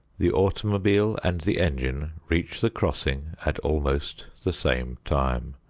the automobile and the engine reach the crossing at almost the same time.